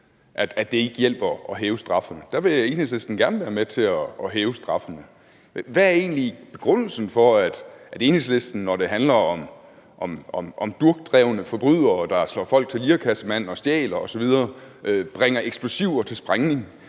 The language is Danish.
at det ikke hjælper at hæve straffene. Der vil Enhedslisten gerne være med til at hæve straffene. Hvad er egentlig begrundelsen for, at når det handler om durkdrevne forbrydere, der slår folk til lirekassemand og stjæler osv., bringer eksplosiver til sprængning,